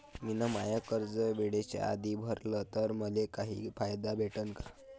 मिन माय कर्ज वेळेच्या आधी भरल तर मले काही फायदा भेटन का?